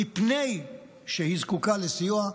מפני שהעיר זקוקה לסיוע,